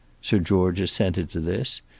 sir george assented to this,